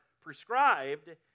prescribed